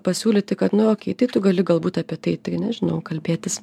pasiūlyti kad nu okei tai tu gali galbūt apie tai tai nežinau kalbėtis